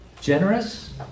generous